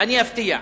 אני אפתיע.